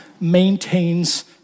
maintains